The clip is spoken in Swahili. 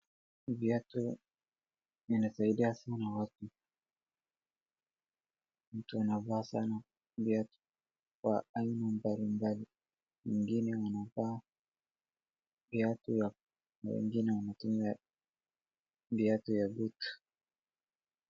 Viatu vinasaidia sana watu, mtu anavaa sana viatu wa aina mbalimbali wengine wanavaa viatu na wengine wanatumia viatu ya duka